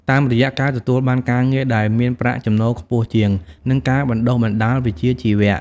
តាមរយៈការទទួលបានការងារដែលមានប្រាក់ចំណូលខ្ពស់ជាង និងការបណ្ដុះបណ្ដាលវិជ្ជាជីវៈ។